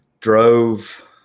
drove